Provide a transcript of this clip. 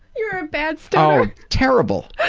you were a bad stoner. terrible.